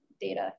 data